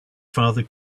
father